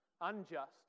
unjust